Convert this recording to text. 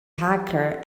hacker